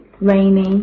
rainy